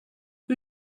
who